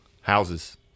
Houses